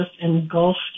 engulfed